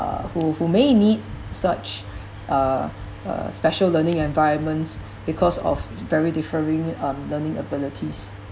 uh who who may need such uh uh special learning environments because of very different reni~ um learning abilities